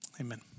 amen